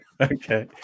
Okay